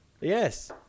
Yes